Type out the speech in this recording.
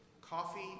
Coffee